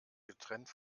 getrennt